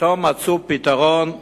פתאום מצאו פתרון קסם: